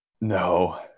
No